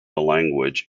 language